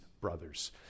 brothers